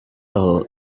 aho